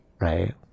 Right